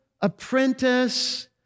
apprentice